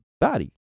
body